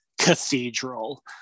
cathedral